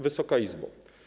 Wysoka Izbo!